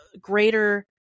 greater